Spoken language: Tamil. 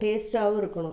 டேஸ்ட்டாகவும் இருக்கணும்